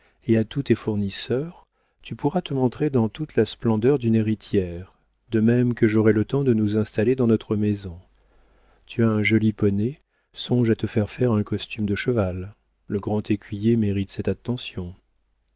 et à tous tes fournisseurs tu pourras te montrer dans toute la splendeur d'une héritière de même que j'aurai le temps de nous installer dans notre maison tu as un joli poney songe à te faire faire un costume de cheval le grand écuyer mérite cette attention